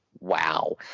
Wow